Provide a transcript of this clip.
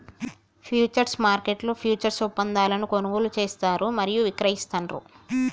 futures మార్కెట్లో futures ఒప్పందాలను కొనుగోలు చేస్తారు మరియు విక్రయిస్తాండ్రు